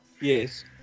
Yes